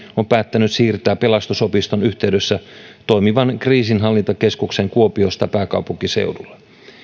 on päättänyt siirtää pelastusopiston yhteydessä toimivan kriisinhallintakeskuksen kuopiosta pääkaupunkiseudulle